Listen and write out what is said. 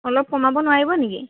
অলপ কমাব নোৱাৰিব নেকি